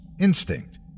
instinct